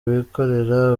wikorera